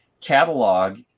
catalog